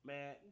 Man